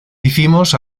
hicimos